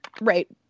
Right